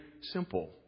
simple